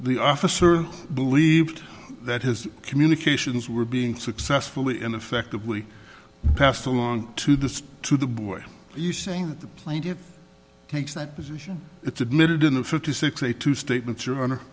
the officer believed that his communications were being successfully and effectively passed along to the to the boy you saying that the plaintiff's takes that position it's admitted in the fifty six a two statements your honor